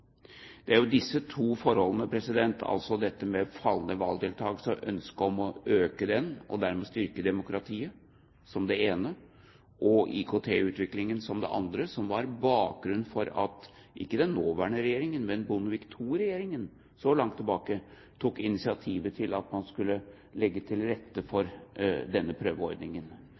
Det er disse to forholdene – altså dette med fallende valgdeltakelse og ønsket om å øke den og dermed styrke demokratiet, som det ene, og IKT-utviklingen som det andre – som var bakgrunnen for at ikke den nåværende regjeringen, men så langt tilbake som Bondevik II-regjeringen tok initiativet til at man skulle legge til rette for denne prøveordningen.